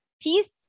peace